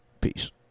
peace